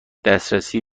دسترسی